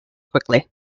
quickly